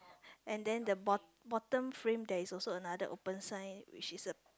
and then the bot~ bottom frame there is also another open sign which is a